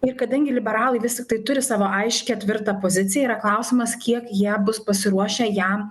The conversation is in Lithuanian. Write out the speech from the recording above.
ir kadangi liberalai vis tiktai turi savo aiškią tvirtą poziciją yra klausimas kiek jie bus pasiruošę ją